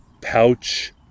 pouch